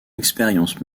expérience